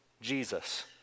Jesus